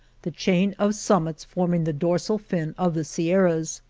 the chain of summits forming the dorsal fin of the sierras.